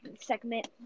segment